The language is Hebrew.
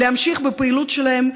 להמשיך בפעילות שלהם,